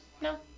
No